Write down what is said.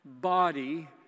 body